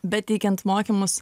bet teikiant mokymus